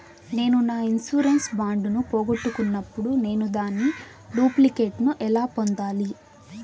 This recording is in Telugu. నేను నా ఇన్సూరెన్సు బాండు ను పోగొట్టుకున్నప్పుడు నేను దాని డూప్లికేట్ ను ఎలా పొందాలి?